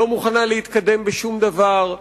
לא מוכנה להתקדם בשום דבר,